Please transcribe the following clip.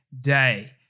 Day